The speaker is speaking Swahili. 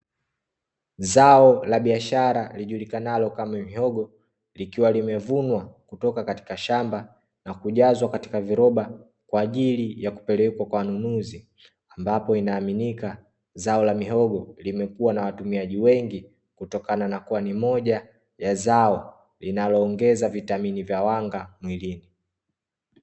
Zao la biashara lijulikanalo kama mihogo, likiwa limevunwa kutoka katika shamba na kujazwa katika viroba kwa ajili ya kupelekwa kwa wanunuzi. Ambapo inaaminika zao la mihogo limekuwa na watumiaji wengi, kutokana na kuwa ni moja ya zao linaloongeza vitamini vya wanga mwilini.